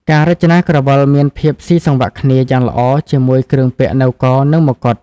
ការរចនាក្រវិលមានភាពស៊ីសង្វាក់គ្នាយ៉ាងល្អជាមួយគ្រឿងពាក់នៅក និងមកុដ។